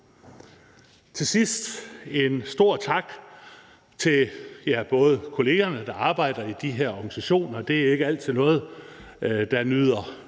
med en stor tak til både kollegerne, der arbejder i de her organisationer – det er ikke altid noget, der nyder